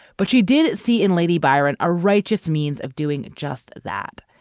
but she did see in lady biron a righteous means of doing just that.